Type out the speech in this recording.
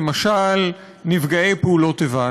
למשל נפגעי פעולות איבה.